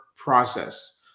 Process